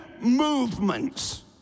movements